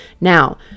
Now